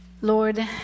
Lord